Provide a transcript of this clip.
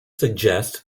suggests